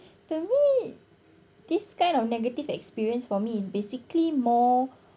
to me this kind of negative experience for me is basically more